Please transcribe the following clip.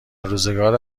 روزگار